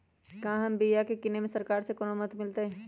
क्या हम बिया की किने में सरकार से कोनो मदद मिलतई?